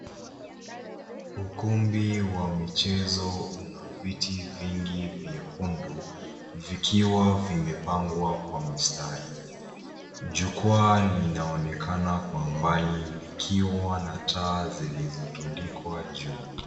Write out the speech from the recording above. Ukumbi wa michezo una viti vingi vyekundu, vikiwa vimepangwa kwa mistari. Jukwaa linaonekana kwa mbali likiwa na taa zilizotundikwa juu.